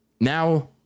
now